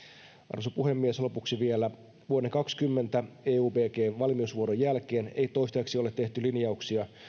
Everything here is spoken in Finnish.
arvoisa puhemies lopuksi vielä vuoden kaksikymmentä eubg valmiusvuoron jälkeen ei toistaiseksi ole tehty linjauksia